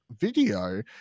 video